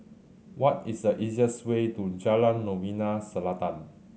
what is the easiest way to Jalan Novena Selatan